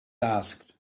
asked